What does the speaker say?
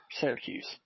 Syracuse